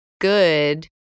good